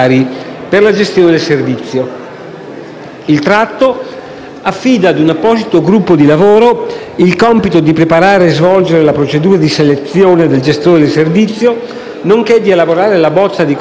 Il trattato affida ad un apposito gruppo di lavoro il compito di preparare e svolgere la procedura di selezione del gestore del servizio, nonché di elaborare la bozza di convenzione di finanziamento.